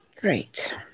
Great